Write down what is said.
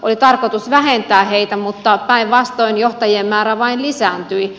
oli tarkoitus vähentää heitä mutta päinvastoin johta jien määrä vain lisääntyi